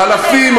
אלפים,